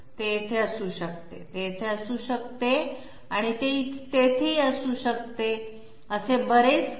ते येथे असू शकते ते येथे असू शकते ते तेथे असू शकते ते येथे असू शकते असे बरेच काही